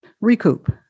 recoup